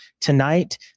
tonight